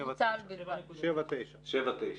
7.9 מיליארד.